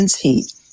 heat